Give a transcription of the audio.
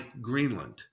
Greenland